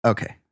Okay